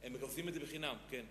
הם עושים את זה בחינם, כן.